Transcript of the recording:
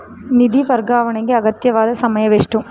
ನಿಧಿ ವರ್ಗಾವಣೆಗೆ ಅಗತ್ಯವಾದ ಸಮಯವೆಷ್ಟು?